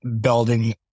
building